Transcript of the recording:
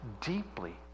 deeply